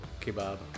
kebab